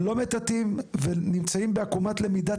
ולא מטאטאים ונמצאים בעקומת למידה